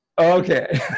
okay